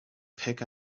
pick